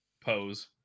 Pose